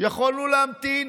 יכולנו להמתין,